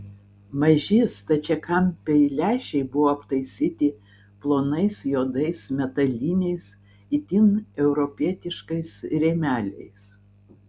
maži stačiakampiai lęšiai buvo aptaisyti plonais juodais metaliniais itin europietiškais rėmeliais